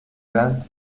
grant